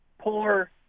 poor